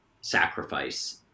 sacrifice